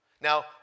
Now